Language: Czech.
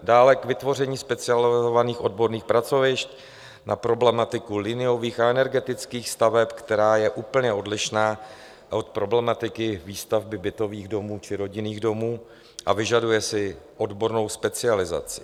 Dále k vytvoření specializovaných odborných pracovišť na problematiku liniových a energetických staveb, která je úplně odlišná od problematiky výstavby bytových domů či rodinných domů a vyžaduje si odbornou specializaci.